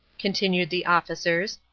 continued the officers,